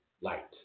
light